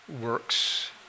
works